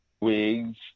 wigs